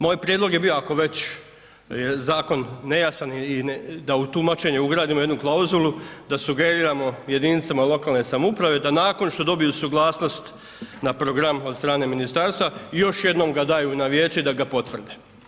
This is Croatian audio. Moj prijedlog je bio ako već je zakon nejasan i da u tumačenju ugradimo jednu klauzulu, da sugeriramo jedinicama lokalne samouprave da nakon što dobiju suglasnost na program od strane ministarstva, još jednom ga daju na vijeće da ga potvrde.